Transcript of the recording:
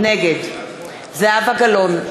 נגד זהבה גלאון,